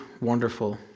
wonderful